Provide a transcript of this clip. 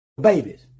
babies